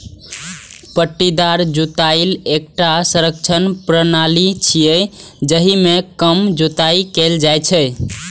पट्टीदार जुताइ एकटा संरक्षण प्रणाली छियै, जाहि मे कम जुताइ कैल जाइ छै